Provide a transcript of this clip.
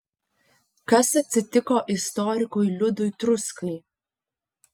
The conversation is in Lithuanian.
kas atsitiko istorikui liudui truskai